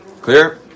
Clear